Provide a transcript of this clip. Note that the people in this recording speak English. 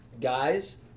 Guys